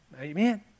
Amen